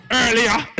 earlier